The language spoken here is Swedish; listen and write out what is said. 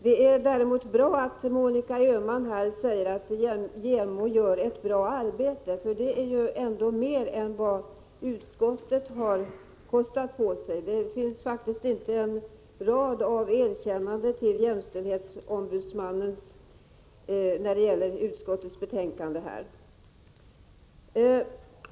Det är däremot bra att Monica Öhman säger att JämO gör ett bra arbete, för det är ändå mer än vad utskottet har kostat på sig. Det finns inte en rad av erkännande till jämställdhetsombudsmannen i utskottets betänkande.